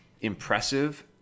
impressive